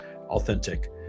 authentic